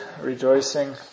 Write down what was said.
rejoicing